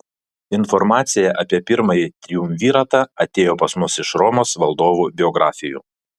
informacija apie pirmąjį triumviratą atėjo pas mus iš romos valdovų biografijų